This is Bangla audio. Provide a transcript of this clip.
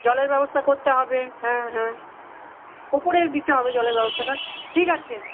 জলের ব্যবস্থা করতে হবে হ্যাঁ হ্যাঁ ওপরে দিতে হবে জলের ব্যবস্থাটা ঠিক আছে